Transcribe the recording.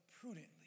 prudently